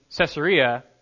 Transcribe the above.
Caesarea